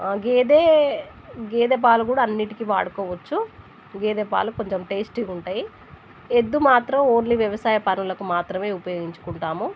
గేదే గేదె పాలు కూడా అన్నింటికీ వాడుకోవచ్చు గేదె పాలు కొంచెం టేస్టీగా ఉంటాయి ఎద్దు మాత్రం ఓన్లీ వ్యవసాయ పనులకు మాత్రమే ఉపయోగించుకుంటాము